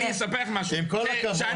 אני אספר לך משהו -- עם כל הכבוד -- שאני